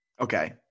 okay